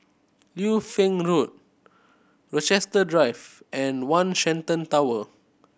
Liu Fang Road Rochester Drive and One Shenton Tower